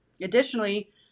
Additionally